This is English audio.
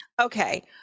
Okay